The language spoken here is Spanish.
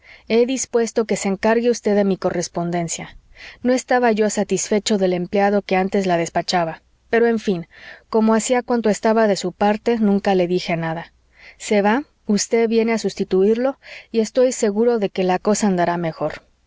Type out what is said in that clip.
he dispuesto que se encargue usted de mi correspondencia no estaba yo satisfecho del empleado que antes la despachaba pero en fin como hacía cuanto estaba de su parte nunca le dije nada se va usted viene a sustituirlo y estoy seguro de que la cosa andará mejor